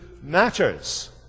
matters